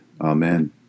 Amen